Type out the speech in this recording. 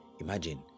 imagine